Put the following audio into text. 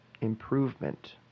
improvement